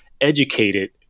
educated